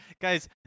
Guys